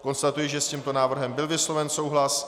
Konstatuji, že s tímto návrhem byl vysloven souhlas.